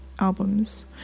albums